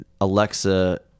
Alexa